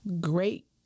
great